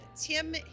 Tim